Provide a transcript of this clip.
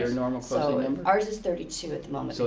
and um um so and ours is thirty two at the moment. so